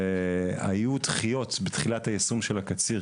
והיו דחיות בתחילת היישום של הקציר,